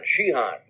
Shihan